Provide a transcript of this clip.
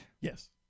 Yes